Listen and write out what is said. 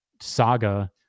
saga